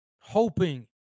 hoping